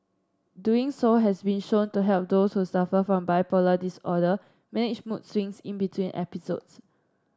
doing so has been shown to help those who suffer from bipolar disorder manage mood swings in between episodes